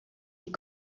die